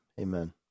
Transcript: Amen